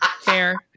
fair